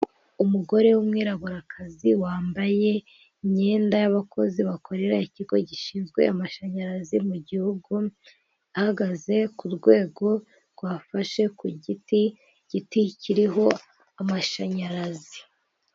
Umugore w'umwirabura kazi wambaye imyenda y'abakozi bakorera ikigo gishinzwe amashanyarazi mu gihugu, ahagaze ku rwego rwafashe ku giti, igiti kiriho amashanyarazi.